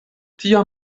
tia